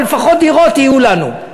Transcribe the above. אבל לפחות דירות יהיו לנו.